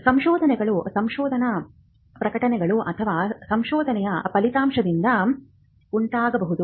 ಸಂಶೋಧನೆಗಳು ಸಂಶೋಧನಾ ಪ್ರಕಟಣೆಗಳು ಅಥವಾ ಸಂಶೋಧನೆಯ ಫಲಿತಾಂಶದಿಂದ ಉಂಟಾಗಬಹುದು